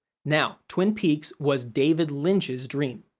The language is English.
now, twin peaks was david lynch's dream,